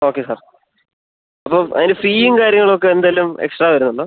okay sir അപ്പോൾ അതിന് ഫീയും കാര്യങ്ങൾ ഒക്കെ എന്തേലും എക്സ്ട്രാ വരുന്നുണ്ടോ